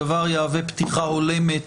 הדבר יהווה פתיחה הולמת